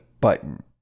button